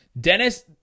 Dennis